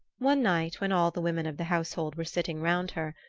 one night when all the women of the household were sitting round her,